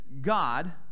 God